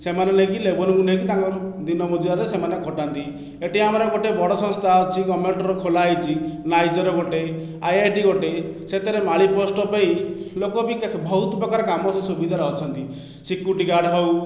ସେମାନେ ନେଇକି ଲେବରଙ୍କୁ ନେଇକି ତାଙ୍କର ଦିନ ମଜୁରିଆରେ ସେମାନେ ଖଟାନ୍ତି ଏଠି ଆମର ଗୋଟେ ବଡ ସଂସ୍ଥା ଅଛି ଗଭର୍ଣ୍ଣମେଣ୍ଟର ଖୋଲା ହୋଇଛି ନାଇଜର୍ ଗୋଟିଏ ଆଇଆଇଟି ଗୋଟିଏ ସେଥିରେ ମାଳୀ ପୋଷ୍ଟ ପାଇଁ ଲୋକ ବି ବହୁତ ପ୍ରକାର କାମ ସୁବିଧାରେ ଅଛନ୍ତି ସିକ୍ୟୁରିଟି ଗାର୍ଡ ହେଉ